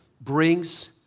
brings